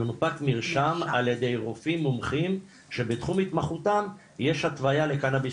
יונפק מרשם על ידי רופאים מומחים שבתחום התמחותם יש התוויה לקנאביס